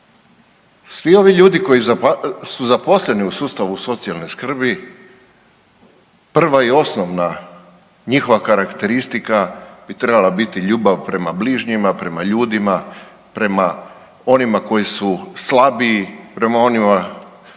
svi ovi ljudi koji su zaposleni u sustavu socijalne skrbi prva i osnovna njihova karakteristika bi trebala biti ljubav prema bližnjima, prema ljudima, prema onima koji su slabiji, prema onima